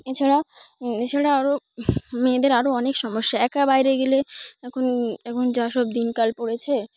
এছাড়া এছাড়া আরও মেয়েদের আরও অনেক সমস্যা একা বাইরে গেলে এখন এখন যা সব দিনকাল পড়েছে